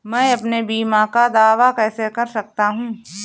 मैं अपने बीमा का दावा कैसे कर सकता हूँ?